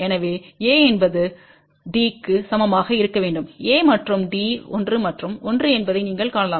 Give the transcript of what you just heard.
எனவே A என்பது D க்கு சமமாக இருக்க வேண்டும் A மற்றும் D 1 மற்றும் 1 என்பதை நீங்கள் காணலாம்